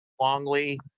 Longley